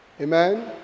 Amen